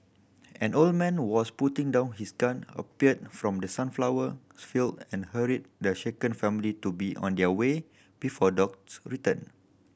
an old man who was putting down his gun appeared from the sunflower's field and hurried the shaken family to be on their way before dogs return